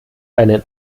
einen